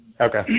Okay